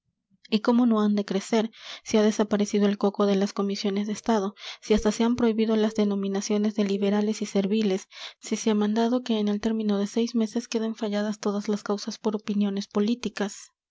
y cómo no han de crecer si ha desaparecido el coco de las comisiones de estado si hasta se han prohibido las denominaciones de liberales y serviles si se ha mandado que en el término de seis meses queden falladas todas las causas por opiniones políticas